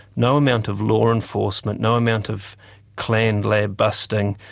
no amount of law enforcement, no amount of clandestine lab busting,